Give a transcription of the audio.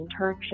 internship